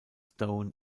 stone